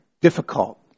difficult